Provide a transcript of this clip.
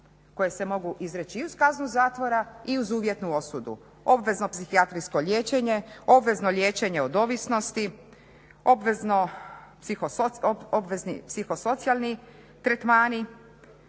koje se mogu izreći i uz kaznu zatvora i uz uvjetnu osudu, obvezno psihijatrijsko liječenje, obvezno liječenje od ovisnosti, obvezni psihosocijalni tretmani,